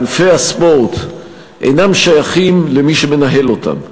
שענפי הספורט אינם שייכים למי שמנהל אותם,